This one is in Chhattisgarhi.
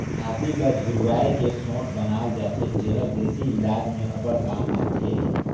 आदी ल झुरवाए के सोंठ बनाल जाथे जेहर देसी इलाज में अब्बड़ काम आथे